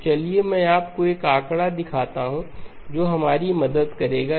तो चलिए मैं आपको एक आंकड़ा दिखाता हूं जो हमारी मदद करेगा